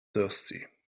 thirsty